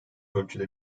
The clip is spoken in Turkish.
ölçüde